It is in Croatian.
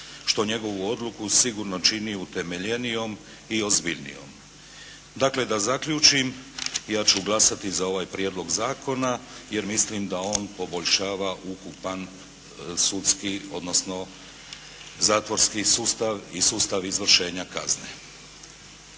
što njegovu odluku sigurno čini utemeljenijom i ozbiljnijom. Dakle da zaključim, ja ću glasati za ovaj Prijedlog zakona jer mislim da on poboljšava ukupan sudski, odnosno zatvorski sustav i sustav izvršenja kazne.